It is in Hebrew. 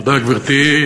תודה, גברתי.